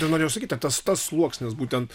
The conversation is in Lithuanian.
jau norėjau sakyti ar tas tas sluoksnis būtent